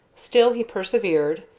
still he persevered,